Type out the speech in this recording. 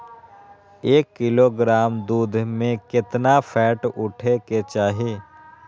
एक किलोग्राम दूध में केतना फैट उठे के चाही?